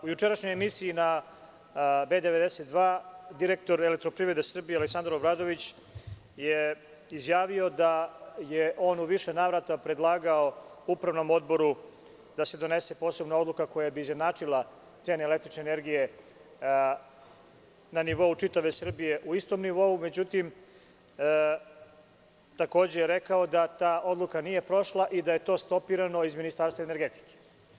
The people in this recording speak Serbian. U jučerašnjoj emisiji na B92, direktor „Elektroprivrede Srbije“, Aleksandar Obradović je izjavio da je on u više navrata predlagao Upravnom odboru, da se donese posebna odluka koja bi izjednačila cene električne energije na nivou čitave Srbije u istom nivou, međutim, takođe je rekao da ta odluka nije prošla i da je to stopirano iz Ministarstva energetike.